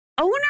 owner